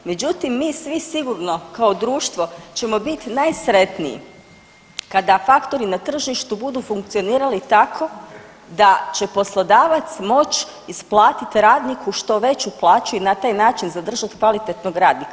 Međutim, mi svi sigurno kao društvo ćemo biti najsretniji kada faktori na tržištu budu funkcionirali tako da će poslodavac moći isplatiti radniku što veću plaću i na taj način zadržati kvalitetnog radnika.